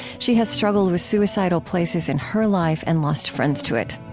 she has struggled with suicidal places in her life and lost friends to it.